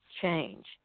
change